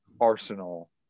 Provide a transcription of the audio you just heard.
Arsenal